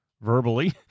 verbally